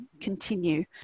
continue